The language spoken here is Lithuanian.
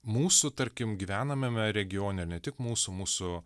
mūsų tarkim gyvenamame regione ir ne tik mūsų mūsų